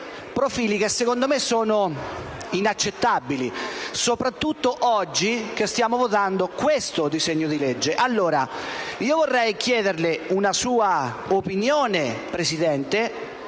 profili che secondo me sono inaccettabili, soprattutto oggi che stiamo votando questo disegno di legge. Vorrei chiederle una sua opinione, signor